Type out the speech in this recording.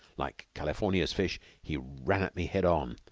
like california's fish, he ran at me head on,